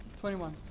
21